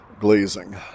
glazing